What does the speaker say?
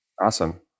Awesome